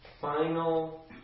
Final